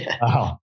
Wow